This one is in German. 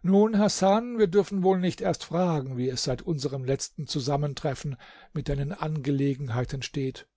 nun hasan wir dürfen wohl nicht erst fragen wie es seit unserem letzten zusammentreffen mit deinen angelegenheiten steht